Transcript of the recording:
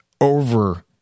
over